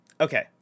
Okay